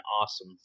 awesome